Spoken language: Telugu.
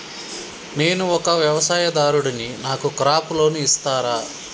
నేను ఒక వ్యవసాయదారుడిని నాకు క్రాప్ లోన్ ఇస్తారా?